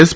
S